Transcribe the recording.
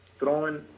Throwing